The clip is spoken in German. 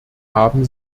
haben